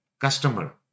customer